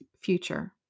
future